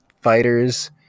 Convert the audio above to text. fighters